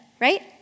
right